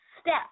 step